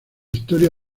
historia